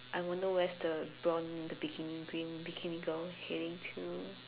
I wonder where is the blonde the bikini green bikini girl heading to